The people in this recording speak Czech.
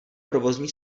provozní